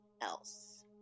else